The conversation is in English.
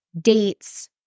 dates